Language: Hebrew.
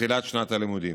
בתחילת שנת הלימודים.